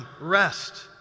rest